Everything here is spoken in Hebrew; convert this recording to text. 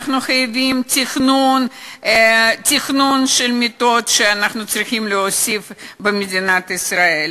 אנחנו חייבים לתכנן את המיטות שאנחנו צריכים להוסיף במדינת ישראל.